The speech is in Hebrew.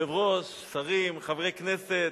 יושב-ראש, שרים, חברי כנסת,